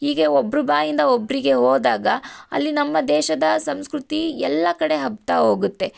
ಹೀಗೆ ಒಬ್ರ ಬಾಯಿಯಿಂದ ಒಬ್ಬರಿಗೆ ಹೋದಾಗ ಅಲ್ಲಿ ನಮ್ಮ ದೇಶದ ಸಂಸ್ಕೃತಿ ಎಲ್ಲ ಕಡೆ ಹಬ್ಬುತ್ತಾ ಹೋಗುತ್ತೆ